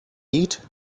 eat